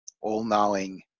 all-knowing